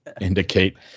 indicate